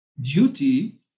duty